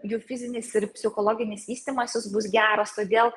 jų fizinis ir psichologinis vystymasis bus geras todėl